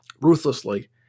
ruthlessly